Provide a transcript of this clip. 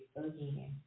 again